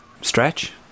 stretch